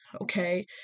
Okay